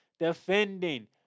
defending